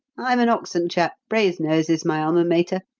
i'm an oxon chap brasenose is my alma mater.